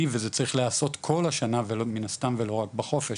וזה צריך להיעשות כל השנה ולא מן הסתם ולא רק בחופש